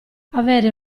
avere